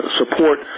support